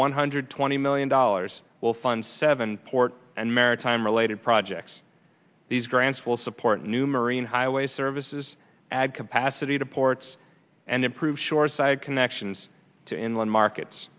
one hundred twenty million dollars will fund seven port and maritime related projects these grants will support new marine highway services add capacity to ports and improve shoreside connections to inland markets